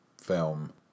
film